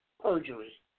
perjury